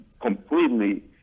completely